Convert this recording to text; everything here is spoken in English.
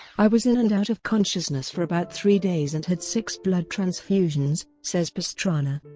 i was in and out of consciousness for about three days and had six blood transfusions, says pastrana.